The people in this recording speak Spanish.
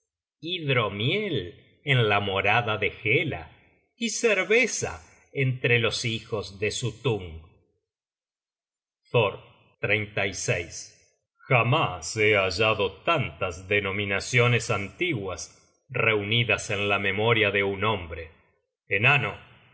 hidromiel en la morada de hela y cerveza entre los hijos de suttung thor jamás he hallado tantas denominaciones antiguas reunidas en la memoria de un hombre enano